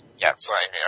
Yes